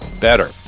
better